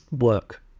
work